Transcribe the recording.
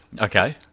Okay